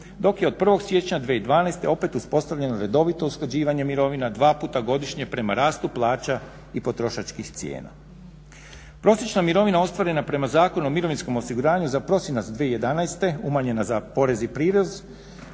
dok je od 1.siječnja 2012.opet uspostavljeno redovito usklađivanje mirovina dva puta godišnje prema rastu plaća i potrošačkih cijena. Prosječna mirovina ostvarena prema Zakonu o mirovinskom osiguranju za prosinac 2011.umanjena za porez i prirez